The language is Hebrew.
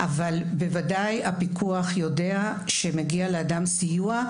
אבל בוודאי הפיקוח יודע שמגיע לאדם סיוע,